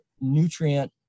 nutrient